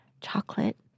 Chocolate